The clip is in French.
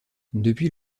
depuis